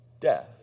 death